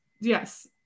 yes